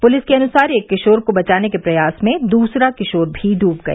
police के अनुसार एक किशोर को बचाने के प्रयास में दूसरा किशोर भी डूब गया